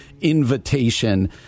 invitation